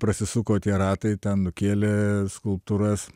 prasisuko tie ratai ten nukėlė skulptūras